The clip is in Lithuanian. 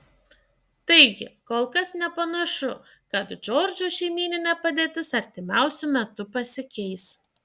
taigi kol kas nepanašu kad džordžo šeimyninė padėtis artimiausiu metu pasikeis